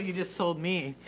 just sold me.